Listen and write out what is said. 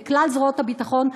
וכלל זרועות הביטחון,